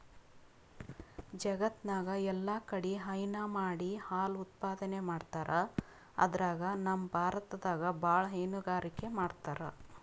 ಜಗತ್ತ್ನಾಗ್ ಎಲ್ಲಾಕಡಿ ಹೈನಾ ಮಾಡಿ ಹಾಲ್ ಉತ್ಪಾದನೆ ಮಾಡ್ತರ್ ಅದ್ರಾಗ್ ನಮ್ ಭಾರತದಾಗ್ ಭಾಳ್ ಹೈನುಗಾರಿಕೆ ಮಾಡ್ತರ್